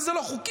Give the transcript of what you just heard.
וזה לא חוקי.